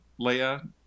Leia